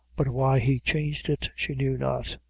but why he changed it, she knew not.